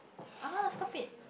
ah stop it